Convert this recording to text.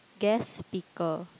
guest speaker